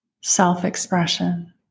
self-expression